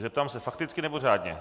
Zeptám se: fakticky, nebo řádně?